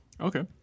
Okay